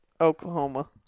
Oklahoma